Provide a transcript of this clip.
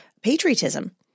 patriotism